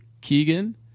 Keegan